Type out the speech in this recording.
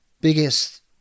biggest